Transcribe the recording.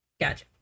Gotcha